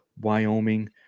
Wyoming